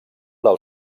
del